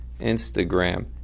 instagram